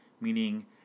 meaning